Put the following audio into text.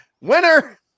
winner